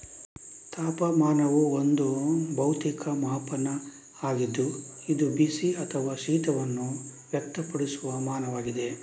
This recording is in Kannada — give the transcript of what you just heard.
ತಾಪಮಾನವು ಒಂದು ಭೌತಿಕ ಮಾಪನ ಆಗಿದ್ದು ಇದು ಬಿಸಿ ಅಥವಾ ಶೀತವನ್ನು ವ್ಯಕ್ತಪಡಿಸುವ ಮಾನವಾಗಿದೆ